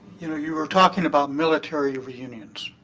you know, you were talking about military reunions.